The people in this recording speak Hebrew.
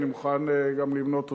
אני מוכן גם למנות אותם,